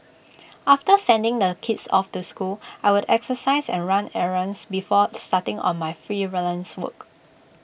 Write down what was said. after sending the kids off to school I would exercise and run errands before starting on my freelance work